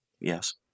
yes